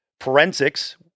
forensics